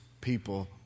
people